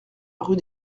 rue